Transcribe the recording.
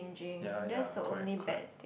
ya ya correct correct